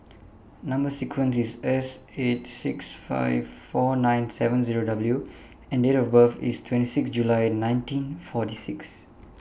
Number sequence IS S eight six five four nine seven Zero W and Date of birth IS twenty six July nineteen forty six